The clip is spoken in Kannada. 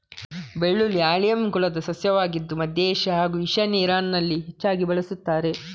ಬೆಳ್ಳುಳ್ಳಿ ಆಲಿಯಮ್ ಕುಲದ ಸಸ್ಯವಾಗಿದ್ದು ಮಧ್ಯ ಏಷ್ಯಾ ಹಾಗೂ ಈಶಾನ್ಯ ಇರಾನಲ್ಲಿ ಹೆಚ್ಚಾಗಿ ಬಳಸುತ್ತಾರೆ